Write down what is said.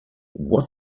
what